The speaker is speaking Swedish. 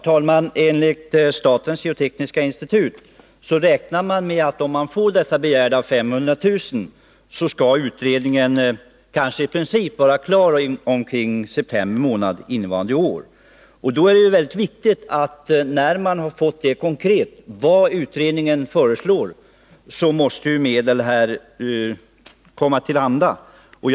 Herr talman! Statens geotekniska institut räknar med, att om man får begärda 500 000 kr., kan utredningen kanske i princip vara klar omkring september innevarande år. När man konkret fått veta vad utredningen föreslår, är det viktigt att medel står till förfogande.